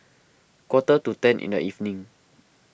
quarter to ten in the evening